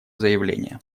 заявление